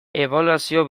ebaluazio